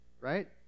right